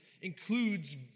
includes